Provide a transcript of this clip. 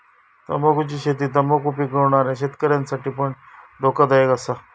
तंबाखुची शेती तंबाखु पिकवणाऱ्या शेतकऱ्यांसाठी पण धोकादायक असा